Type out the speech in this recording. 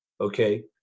okay